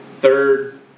third